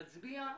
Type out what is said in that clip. נצביע.